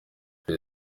iri